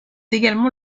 également